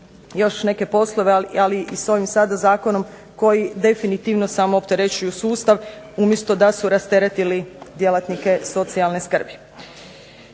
još neke poslove, ali i s ovim sada zakonom koji definitivno samo opterećuju sustav, umjesto da su rasteretili djelatnike socijalne skrbi.